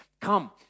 come